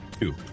Two